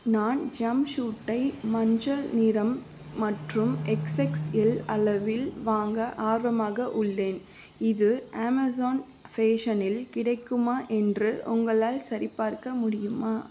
நான் ஜம்ப்சூட்டை மஞ்சள் நிறம் மற்றும் எக்ஸ்எக்ஸ்எல் அளவில் வாங்க ஆர்வமாக உள்ளேன் இது அமேசான் ஃபேஷனில் கிடைக்குமா என்று உங்களால் சரிபார்க்க முடியுமா